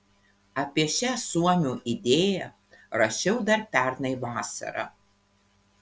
apie šią suomių idėją rašiau dar pernai vasarą